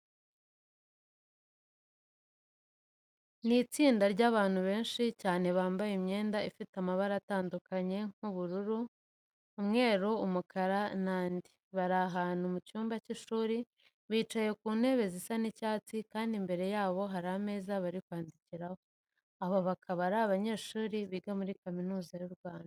Ni itsinda ry'abandu benshi cyane bambaye imyenda ifite amabara atandukanye nk'ubururu, umweru, umukara n'andi. Bari ahantu mu cyumba cy'ishuri, bicaye ku ntebe zisa icyatsi kandi imbere yabo hari ameza bari kwandikiraho. Aba bakaba ari abanyeshuri biga muri Kaminuza y'u Rwanda.